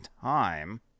Time